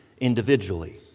individually